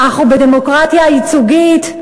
אנחנו בדמוקרטיה ייצוגית,